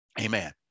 Amen